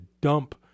dump